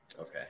Okay